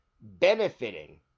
benefiting